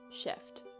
shift